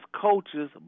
coaches